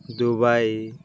Dubai